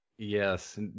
Yes